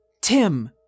Tim